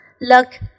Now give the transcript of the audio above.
Look